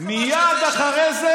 אני אגיד לך משהו, מייד אחרי זה